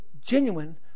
Genuine